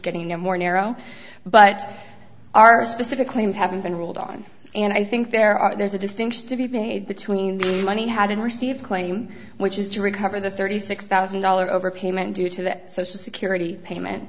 getting a more narrow but are specific claims haven't been ruled on and i think there are there's a distinction to be made between the money hadn't received claim which is to recover the thirty six thousand dollars overpayment due to the social security payment